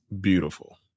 beautiful